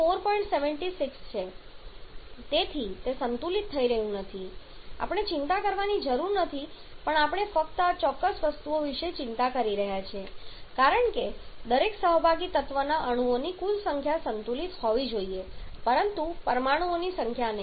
તેથી તે સંતુલિત થઈ રહ્યું નથી અને આપણે ચિંતા કરવાની જરૂર નથી પણ આપણે ફક્ત આ ચોક્કસ વસ્તુઓ વિશે ચિંતા કરીએ છીએ કારણ કે દરેક સહભાગી તત્વના અણુઓની કુલ સંખ્યા સંતુલિત હોવી જોઈએ પરંતુ પરમાણુઓની સંખ્યા નહીં